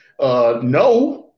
No